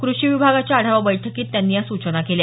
कृषी विभागाच्या आढावा बैठकीत त्यांनी या सूचना केल्या